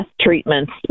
treatments